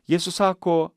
jėzus sako